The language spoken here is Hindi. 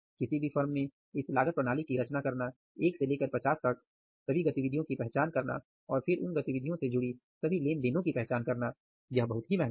किसी भी फॉर्म में इस लागत प्रणाली की रचना करना 1 से लेकर 50 तक की सभी गतिविधियों की पहचान करना और फिर उन गतिविधियों से जुड़ी सभी लेन देनो की पहचान करना यह बहुत ही महंगा है